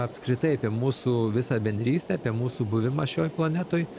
apskritai apie mūsų visą bendrystę apie mūsų buvimą šioj planetoj